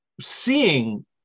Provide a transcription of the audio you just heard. seeing